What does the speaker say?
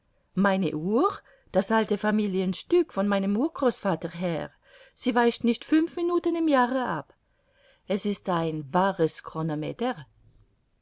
meine uhr das alte familienstück von meinem urgroßvater her sie weicht nicht fünf minuten im jahre ab es ist ein wahres